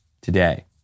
today